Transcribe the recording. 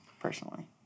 Personally